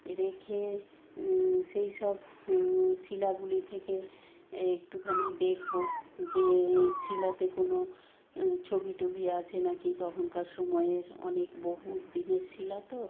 রেখে সেই সব শিলাগুলি থেকে একটুখানি দেখবো যে শিলাতে কোনো ছবি টবি আছে নাকি তখনকার সময়ের অনেক বহু দিনের শিলা তো